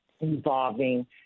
involving